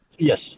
Yes